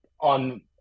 on